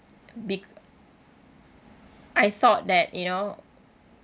bec~ I thought that you know